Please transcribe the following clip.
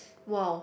!wow!